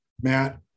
Matt